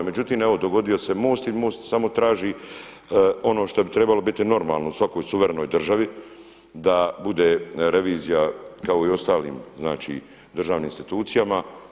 Međutim evo dogodio se MOST i MOST samo traži ono što bi trebalo biti normalno u svakoj suverenoj državi da bude revizija kao i u ostalim državnim institucijama.